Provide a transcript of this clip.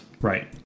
Right